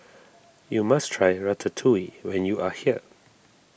you must try Ratatouille when you are here